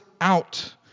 out